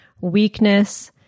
weakness